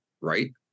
right